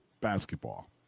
basketball